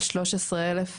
על 13 אלף,